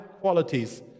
qualities